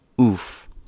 Oof